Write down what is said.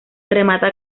remata